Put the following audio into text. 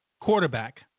quarterback